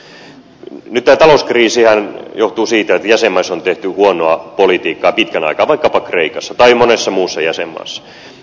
nyt tämä talouskriisihän johtuu siitä että jäsenmaissa on tehty huonoa politiikkaa pitkän aikaa vaikkapa kreikassa tai monessa muussa jäsenmaassa